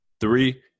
Three